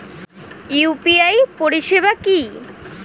UPI পরিষেবা কি?